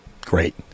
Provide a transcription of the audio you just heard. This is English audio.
great